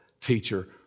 teacher